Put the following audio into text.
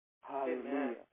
Hallelujah